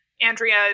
Andrea